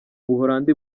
buhorandi